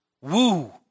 woo